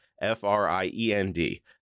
F-R-I-E-N-D